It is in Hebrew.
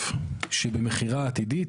איך מכירים בהליך הזה כהליך פירוד,